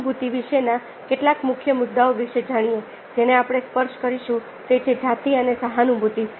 સહાનુભૂતિ વિશેના કેટલાક મુખ્ય મુદ્દાઓ વિશે જાણીએ જેને આપણે સ્પર્શ કરી શું તે છે જાતિ અને સહાનુભૂતિ